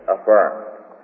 affirmed